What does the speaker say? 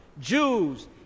Jews